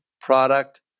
product